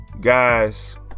guys